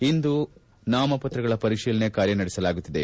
ಇಂದು ನಾಮಪತ್ರಗಳ ಪರಿಶೀಲನೆ ಕಾರ್ಯ ನಡೆಸಲಾಗುತ್ತದೆ